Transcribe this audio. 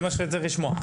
זה מה שאני צריך לשמוע.